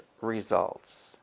results